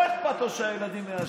לא אכפת לו שהילדים יעשנו.